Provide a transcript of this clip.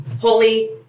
holy